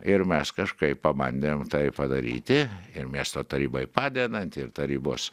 ir mes kažkaip pabandėm tai padaryti ir miesto tarybai padedant ir tarybos